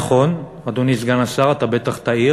נכון, אדוני סגן השר, אתה בטח תעיר